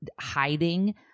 hiding